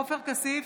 עופר כסיף,